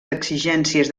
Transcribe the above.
exigències